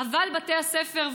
אבל בתי הספר,